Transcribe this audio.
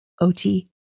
OT